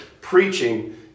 preaching